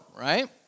right